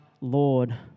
Lord